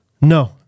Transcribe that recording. No